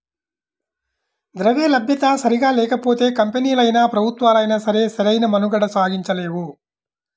ద్రవ్యలభ్యత సరిగ్గా లేకపోతే కంపెనీలైనా, ప్రభుత్వాలైనా సరే సరైన మనుగడ సాగించలేవు